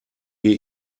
wir